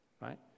right